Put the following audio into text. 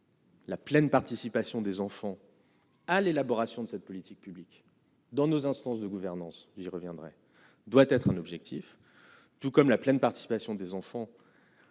La pleine participation des enfants à l'élaboration de cette politique publique dans nos instances de gouvernance, j'y reviendrai, doit être un objectif, tout comme la pleine participation des enfants